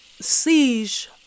siege